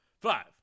Five